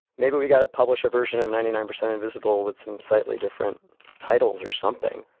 maybe we've got to publish a version of ninety nine percent invisible with some slightly different titles or something.